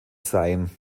sein